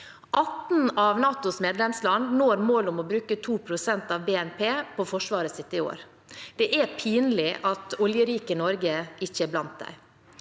18 av NATOs medlemsland når målet om å bruke 2 pst. av BNP på forsvaret sitt i år. Det er pinlig at oljerike Norge ikke er blant dem.